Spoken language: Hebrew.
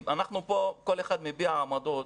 פה, כל אחד מביע עמדות.